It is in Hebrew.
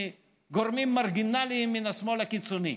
מגורמים מרגינליים מן השמאל הקיצוני.